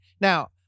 Now